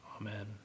amen